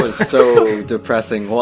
ah so depressing,